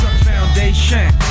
foundation